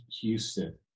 Houston